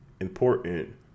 important